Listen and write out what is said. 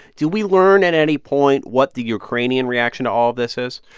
do we learn at any point what the ukrainian reaction to all of this is?